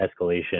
escalation